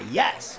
yes